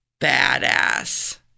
badass